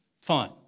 fine